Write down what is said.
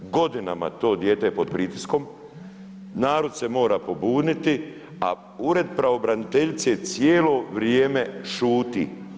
Godinama je to dijete pod pritiskom, narod se mora pobuniti, a Ured pravobraniteljice cijelo vrijeme šuti.